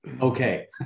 Okay